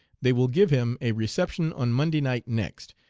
they will give him a reception on monday night next,